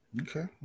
Okay